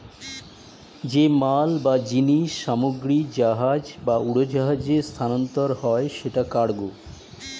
যে মাল বা জিনিস সামগ্রী জাহাজ বা উড়োজাহাজে স্থানান্তর হয় সেটা কার্গো